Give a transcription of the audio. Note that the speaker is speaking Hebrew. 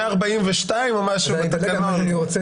142 או משהו בתקנון.